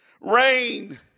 Rain